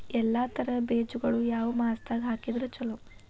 ಎಲ್ಲಾ ತರದ ಬೇಜಗೊಳು ಯಾವ ಮಾಸದಾಗ್ ಹಾಕಿದ್ರ ಛಲೋ?